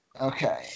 Okay